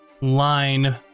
line